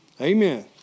Amen